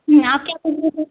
नहीं आप